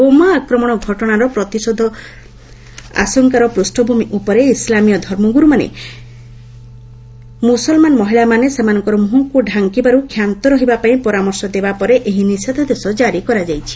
ବୋମା ଆକ୍ରମଣ ଘଟଣାର ପ୍ରତିଶୋଧ ଆଶଙ୍କାର ପୂଷ୍ଣଭୂମି ଉପରେ ଇସ୍ଲାମୀୟ ଧର୍ମଗ୍ରର୍ମାନେ ମ୍ରସଲମାନ ମହିଳାମାନେ ସେମାନଙ୍କର ମୁହଁକୁ ଡାଙ୍କିବାରୁ କ୍ଷାନ୍ତ ରହିବା ପାଇଁ ପରାମର୍ଶ ଦେବା ପରେ ଏହି ନିଷେଧାଦେଶ ଜାରି କରାଯାଇଛି